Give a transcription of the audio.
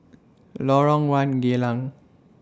Lorong one Geylang